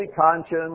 conscience